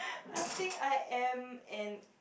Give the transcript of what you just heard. I think I am an